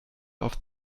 auf